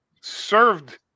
served